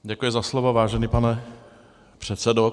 Děkuji za slovo, vážený pane předsedo.